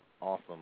awesome